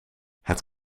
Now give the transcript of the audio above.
het